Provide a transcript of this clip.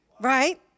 right